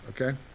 Okay